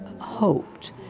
hoped